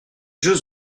jeux